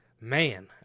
man